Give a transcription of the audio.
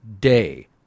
day